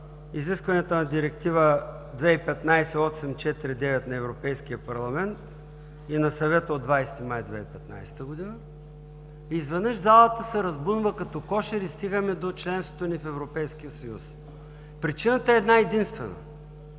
изискванията на Директива 2015/849 на Европейския парламент и на Съвета от 20 май 2015 г., и изведнъж залата се разбунва като кошер и стигаме до членството ни в Европейския съюз. Причината е една-единствена